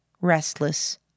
Restless